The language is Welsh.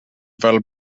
fel